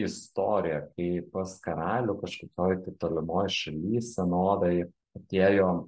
istorija kai pas karalių kažkokioj tai tolimoj šaly senovėj atėjo